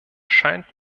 scheint